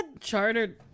chartered